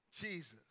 Jesus